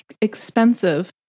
expensive